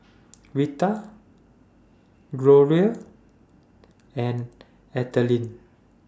Vita Gloria and Adriene